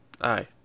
Aye